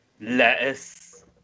Lettuce